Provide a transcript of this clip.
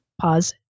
pause